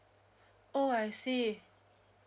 oh I see